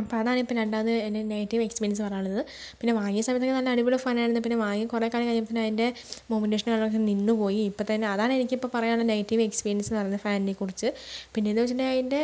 അപ്പം അതാണ് ഇപ്പം രണ്ടാമതു എൻ്റെ നെഗേറ്റീവ് എക്സ്പീരിയൻസ് പറയാനുള്ളത് പിന്നെ വാങ്ങിയ സമയതൊക്കെ നല്ല അടിപൊളി ഫാൻ ആയിരുന്നു പിന്നെ വാങ്ങി കുറേ കാലം കഴിഞ്ഞപ്പോഴേയ്ക്കും അതിൻ്റെ മൂമൻ്റേഷൻ കാര്യങ്ങളൊക്കെ നിന്ന് പോയി ഇപ്പം തന്നെ അതാണെനിക്കിപ്പം പറയാനുള്ള നെഗറ്റീവ് എക്സ്പീരിയൻസ് എന്ന് പറയുന്നത് ഫാനിനെ കുറിച്ച് പിന്നേയെന്ന് വെച്ചിട്ടുണ്ടെങ്കിൽ അതിൻ്റെ